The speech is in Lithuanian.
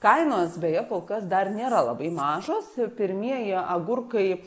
kainos beje kol kas dar nėra labai mažos pirmieji agurkai